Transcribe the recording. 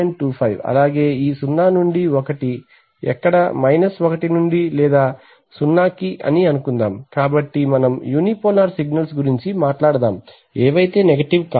25 అలాగే ఈ 0 నుండి 1 ఎక్కడ 1 నుండి లేదా 0 కి అని అనుకుందాం కాబట్టి మనం యూనిపోలార్ సిగ్నల్స్ గురించి మాట్లాడదాం ఏవైతే నెగెటివ్ కావో